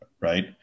right